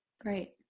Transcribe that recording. Great